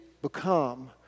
become